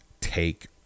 take